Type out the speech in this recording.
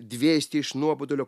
dvėsti iš nuobodulio